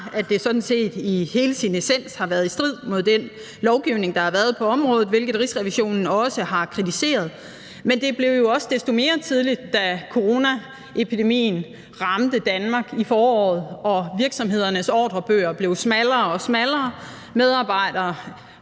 set i hele sin essens har været i strid med den lovgivning, der har været på området, hvilket Rigsrevisionen også har kritiseret. Det skyldes også, at behovet blev mere tydeligt, da coronaepidemien ramte Danmark i foråret, hvor virksomhedernes ordrebøger blev tyndere og tyndere, medarbejdere